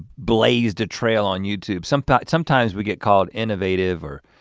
blazed a trail on youtube. sometimes sometimes we get called innovative or,